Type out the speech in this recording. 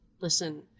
listen